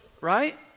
right